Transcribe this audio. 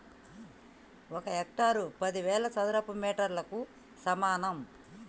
ఒక హెక్టారు పదివేల చదరపు మీటర్లకు సమానం